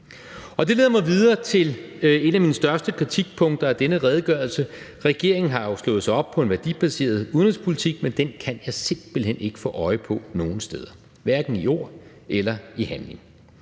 i. Det leder mig videre til et af mine største kritikpunkter af denne redegørelse. Regeringen har jo slået sig op på en værdibaseret udenrigspolitik, men den kan jeg simpelt hen ikke få øje på nogen steder, hverken i ord eller i handling.